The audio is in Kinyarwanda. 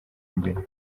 imbere